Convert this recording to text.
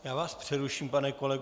Já vás přeruším, pane kolego.